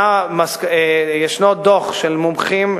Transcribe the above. ישנו דוח של מומחים,